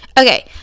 Okay